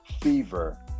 fever